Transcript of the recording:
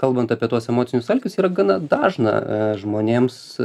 kalbant apie tuos emocinius alkius yra gana dažna žmonėms